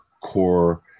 core